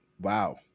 wow